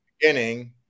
beginning